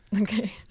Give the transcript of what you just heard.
Okay